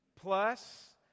Plus